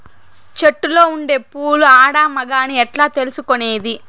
చెట్టులో ఉండే పూలు ఆడ, మగ అని ఎట్లా తెలుసుకునేది?